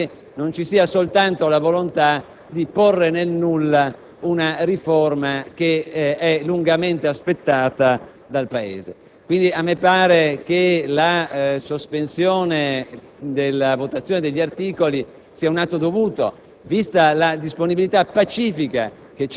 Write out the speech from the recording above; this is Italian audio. come diceva il senatore Castelli, non ci sia soltanto la volontà di porre nel nulla una riforma che è lungamente aspettata dal Paese. A me pare, quindi, che la sospensione della votazione degli articoli sia un atto dovuto,